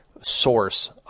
source